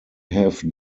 have